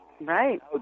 Right